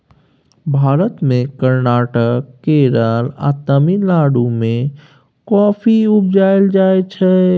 भारत मे कर्नाटक, केरल आ तमिलनाडु मे कॉफी उपजाएल जाइ छै